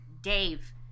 Dave